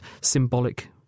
symbolic